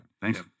thanks